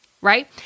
Right